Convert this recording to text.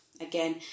Again